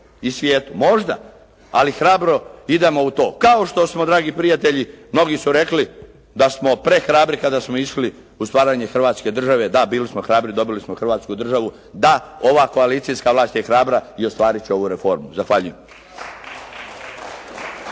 i svijetu, možda, ali hrabro idemo u to. Kao što smo dragi prijatelji, mnogi su rekli da smo prehrabri kada smo išli u stvaranje Hrvatske države. Da. Bili smo hrabri dobili smo Hrvatsku državu. Da ova koalicijska vlast je hrabra i ostvariti će ovu reformu. Zahvaljujem.